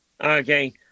Okay